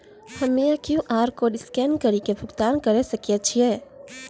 हम्मय QR code scan कड़ी के भुगतान करें सकय छियै?